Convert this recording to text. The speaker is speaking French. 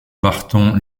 barton